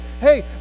hey